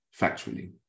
factually